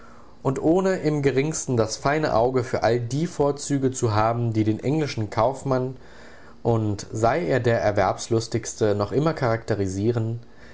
und ohne im geringsten das feine auge für all die vorzüge zu haben die den englischen kaufmann und sei er der erwerbslustigste noch immer charakterisieren